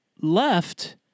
left